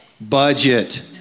budget